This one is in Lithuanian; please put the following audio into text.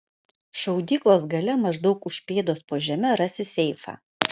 šaudyklos gale maždaug už pėdos po žeme rasi seifą